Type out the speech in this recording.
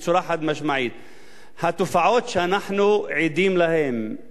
התופעות שאנחנו עדים להן כל שני וחמישי הן רק